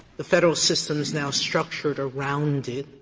the federal system is now structured around it,